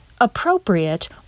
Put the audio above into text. appropriate